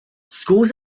schools